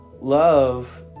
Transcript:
love